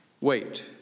Wait